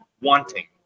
wanting